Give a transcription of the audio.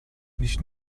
nicht